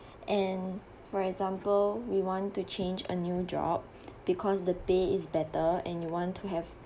and for example we want to change a new job because the pay is better and you want to have